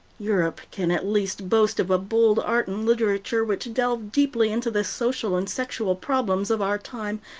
europe can at least boast of a bold art and literature which delve deeply into the social and sexual problems of our time,